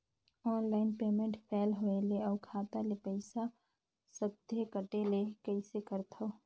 Online payment fail होय ले अउ खाता ले पईसा सकथे कटे ले कइसे करथव?